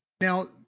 Now